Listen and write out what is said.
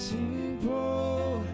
Simple